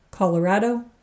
Colorado